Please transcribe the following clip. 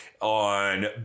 on